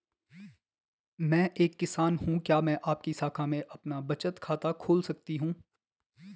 मैं एक किसान हूँ क्या मैं आपकी शाखा में अपना बचत खाता खोल सकती हूँ?